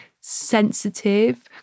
sensitive